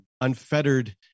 unfettered